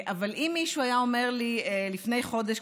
אם מישהו היה אומר לי לפני חודש,